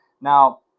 now